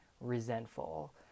resentful